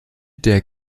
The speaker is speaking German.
der